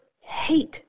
hate